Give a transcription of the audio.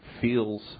feels